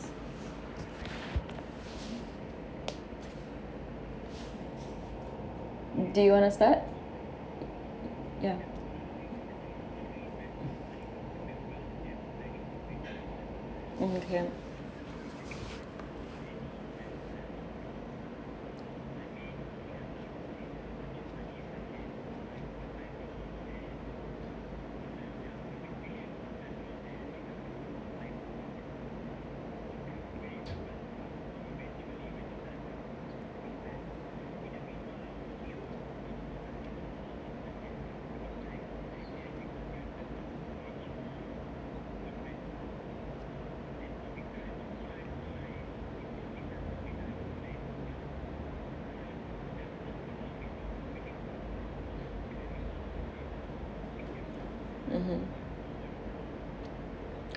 do you wanna start ya mmhmm